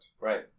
Right